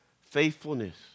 faithfulness